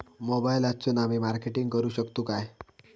मोबाईलातसून आमी मार्केटिंग करूक शकतू काय?